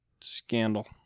scandal